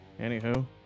Anywho